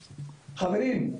חברים,